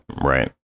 right